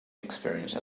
experience